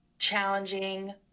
challenging